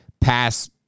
pass